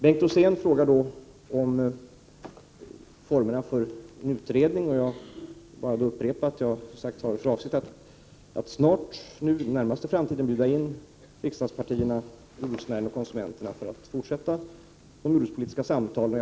Bengt Rosén har frågat om formerna för en utredning. Jag upprepar att jag har för avsikt att inom den närmaste framtiden bjuda in representanter för riksdagspartierna, jordbruksnäringen och konsumenterna för att fortsätta de jordbrukspolitiska samtalen.